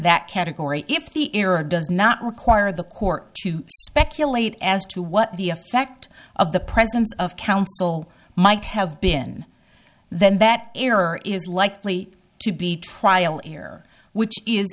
that category if the era does not require the court to speculate as to what the effect of the presence of counsel might have been then that error is likely to be trial air which is